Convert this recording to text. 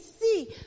see